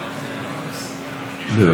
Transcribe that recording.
בבקשה, אדוני.